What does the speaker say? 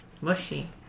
Mushy